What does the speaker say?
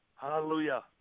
Hallelujah